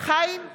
חיים כץ,